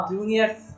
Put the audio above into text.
Juniors